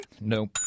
No